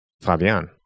Fabian